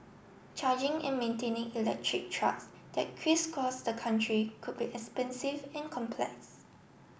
charging and maintaining electric trucks that crisscross the country could be expensive and complex